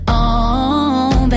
on